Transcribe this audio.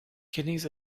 kidneys